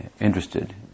interested